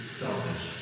selfish